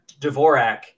Dvorak